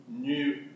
new